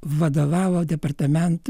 vadovavo departamentui